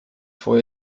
von